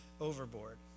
overboard